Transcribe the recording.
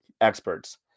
experts